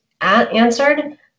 answered